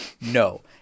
no